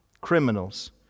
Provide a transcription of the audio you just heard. criminals